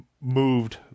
moved